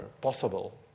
possible